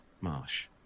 marsh